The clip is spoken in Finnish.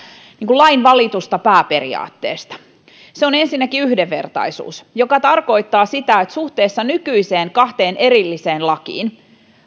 lain valitusta pääperiaatteesta se on ensinnäkin yhdenvertaisuus joka tarkoittaa sitä että suhteessa nykyiseen kahteen erilliseen lakiin